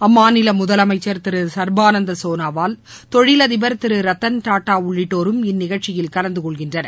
அம்மாநில முதலமைச்சா் திரு சா்பானந்த சோனாவால் தொழில் அதிபா் திரு ரத்தன் டாடா உள்ளிட்டோரும் இந்நிகழ்ச்சியில் கலந்துகொள்கின்றனர்